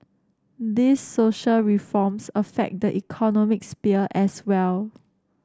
these social reforms affect the economic sphere as well